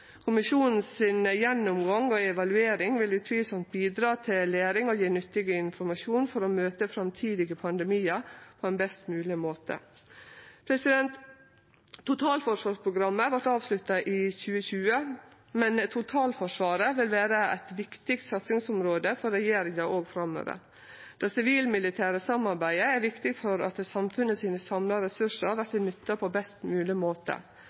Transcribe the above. vil utvilsamt bidra til læring og gje nyttig informasjon for å møte framtidige pandemiar på ein best mogleg måte. Totalforsvarsprogrammet vart avslutta i 2020, men totalforsvaret vil vere eit viktig satsingsområde for regjeringa òg framover. Det sivil-militære samarbeidet er viktig for at dei samla ressursane til samfunnet vert nytta på best mogleg måte.